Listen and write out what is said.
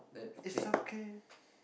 it's okay